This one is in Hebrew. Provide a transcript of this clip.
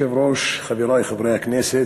היושב-ראש, חברי חברי הכנסת,